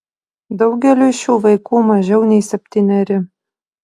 daugeliui šių vaikų mažiau nei septyneri